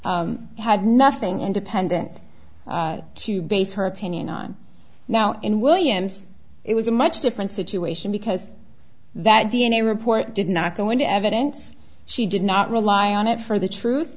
record had nothing independent to base her opinion on now in williams it was a much different situation because that d n a report did not go into evidence she did not rely on it for the truth